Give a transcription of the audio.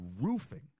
roofing